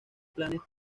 planes